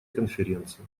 конференции